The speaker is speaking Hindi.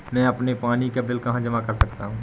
मैं अपने पानी का बिल कहाँ जमा कर सकता हूँ?